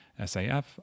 SAF